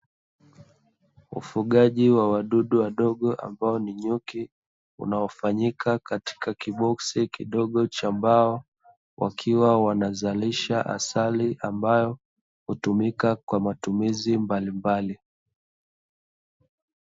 Ufugaji wa wadudu wadogo ambao ni nyuki, unaofanyika katika kiboksi kidogo cha mbao, wakiwa wanazalisha asali ambayo hutumika kwa matumizi mbalimbali.